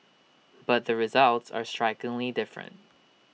but the results are strikingly different